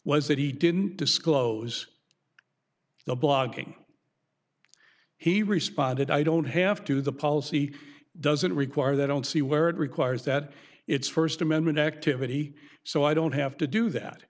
was that he didn't disclose the blogging he responded i don't have to the policy doesn't require that i don't see where it requires that it's st amendment activity so i don't have to do that